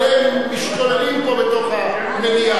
אבל הם משתוללים פה בתוך המליאה.